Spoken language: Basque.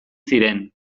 ziren